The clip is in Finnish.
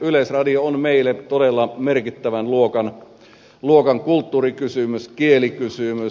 yleisradio on meille todella merkittävän luokan kulttuurikysymys kielikysymys